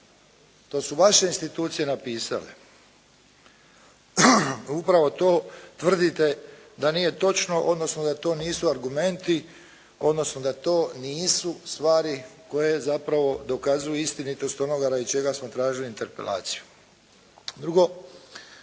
to su vaše institucije napisale. Upravo to tvrdite da nije točno, odnosno da to nisu argumenti, odnosno da to nisu stvari koje zapravo dokazuju istinitost ono radi čega smo tražili interpelaciju. Drugo,